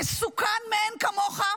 מסוכן מאין כמוך,